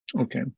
Okay